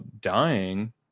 dying